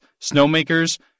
snowmakers